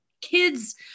kids